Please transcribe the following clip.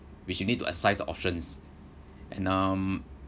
which you need to exercise options and um